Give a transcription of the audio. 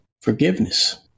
forgiveness